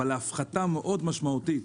אבל להפחתה משמעותית מאוד